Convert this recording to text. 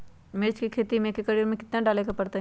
मिर्च के खेती में एक एकर में कितना यूरिया डाले के परतई?